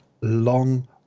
long